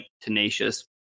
tenacious